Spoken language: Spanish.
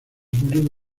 público